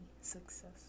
successful